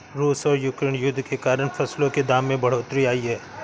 रूस और यूक्रेन युद्ध के कारण फसलों के दाम में बढ़ोतरी आई है